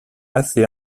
assez